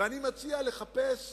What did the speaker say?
ואני מציע לחפש